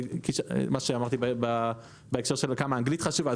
בהקשר שאמרתי כמה האנגלית חשובה,